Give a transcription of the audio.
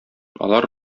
алар